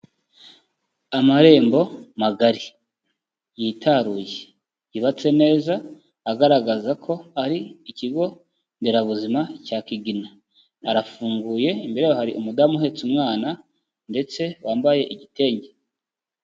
Amarembo magari yitaruye yubatse neza, agaragaza ko ari ikigo nderabuzima cya Kigina arafunguye, imbere yaho hari umudamu uhetse umwana ndetse wambaye igitenge.